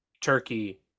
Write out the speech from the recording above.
turkey